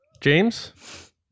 James